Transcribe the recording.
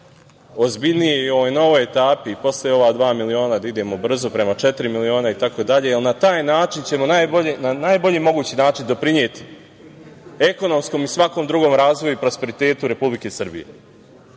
ozbiljnije i u ovoj novoj etapi posle ova dva miliona da idemo brzo prema četiri miliona i tako dalje, jer na taj način ćemo na najbolji mogući način doprineti ekonomskom i svakom drugom razvoju i prosperitetu Republike Srbije. Danas